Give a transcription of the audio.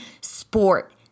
sport